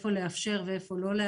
איפה לאפשר ואיפה לא,